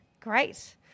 Great